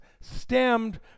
stemmed